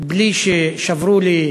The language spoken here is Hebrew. בלי ששברו לי שעון,